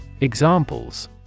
Examples